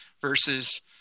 versus